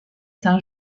saint